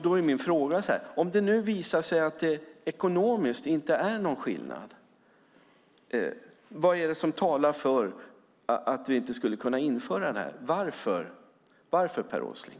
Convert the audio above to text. Då är min fråga: Om det nu visar sig att det ekonomiskt inte är någon skillnad, vad är det då som talar för att vi inte kan införa detta? Varför, Per Åsling?